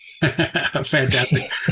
Fantastic